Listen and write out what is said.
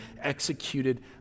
executed